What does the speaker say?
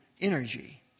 energy